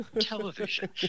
television